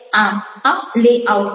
આમ આ લેઆઉટ છે